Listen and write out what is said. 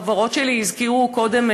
החברות שלי הזכירו קודם,